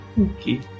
Okay